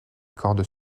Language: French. cordes